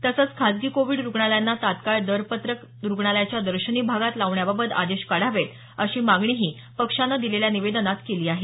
तसंच खाजगी कोविड रुग्णालयांना तत्काळ दरपत्रक रुग्णालयाच्या दर्शनी भागात लावण्याबाबत आदेश काढावेत अशी मागणीही पक्षानं दिलेल्या निवेदनात केली आहे